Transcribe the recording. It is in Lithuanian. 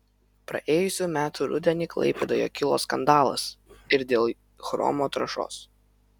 praėjusių metų rudenį klaipėdoje kilo skandalas ir dėl chromo taršos